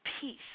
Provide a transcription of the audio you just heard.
peace